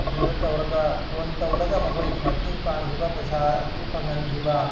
ꯑꯗꯨꯗ ꯇꯧꯔꯒ ꯐꯣꯟ ꯇꯧꯔꯒ ꯃꯈꯣꯏꯒꯤ ꯃꯇꯦꯡ ꯄꯥꯡꯈꯤꯕ ꯄꯩꯁꯥ ꯑꯗꯨ ꯐꯪꯍꯟꯈꯤꯕ